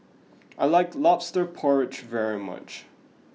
I like Lobster Porridge very much